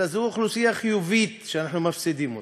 אלא זו אוכלוסייה חיובית שאנחנו מפסידים אותה.